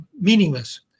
meaningless